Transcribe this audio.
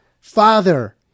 father